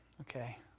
okay